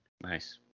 Nice